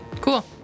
Cool